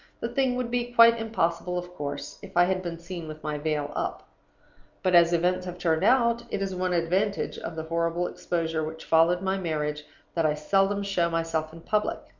the thing would be quite impossible, of course, if i had been seen with my veil up but, as events have turned out, it is one advantage of the horrible exposure which followed my marriage that i seldom show myself in public,